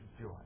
joy